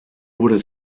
would